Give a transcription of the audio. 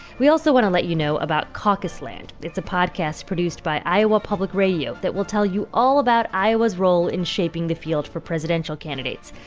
we also want to let you know about caucus land. it's a podcast produced by iowa public radio that will tell you all about iowa's role in shaping the field for presidential candidates.